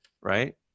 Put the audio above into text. right